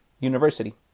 university